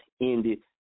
ended